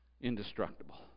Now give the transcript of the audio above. Indestructible